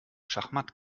schachmatt